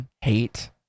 hate